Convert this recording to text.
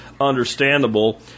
understandable